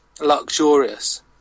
luxurious